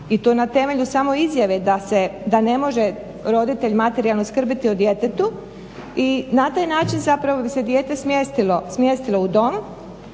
i to na temelju samo izjave da ne može roditelj materijalno skrbiti o djetetu i na taj način zapravo bi se dijete smjestilo u dom